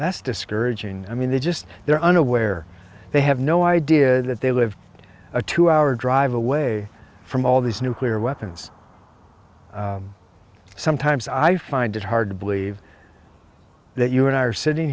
that's discouraging i mean they just they're unaware they have no idea that they live a two hour drive away from all these nuclear weapons sometimes i find it hard to believe that you and i are sitting